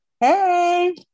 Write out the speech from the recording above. Hey